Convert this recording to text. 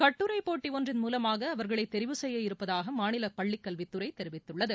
கட்டுரை போட்டி ஒன்றின் மூலமாக அவர்களை தெரிவு செய்ய இருப்பதாக மாநில பள்ளிக் கல்வித்துறை தெரிவித்துள்ளது